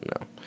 no